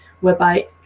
whereby